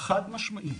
חד משמעית.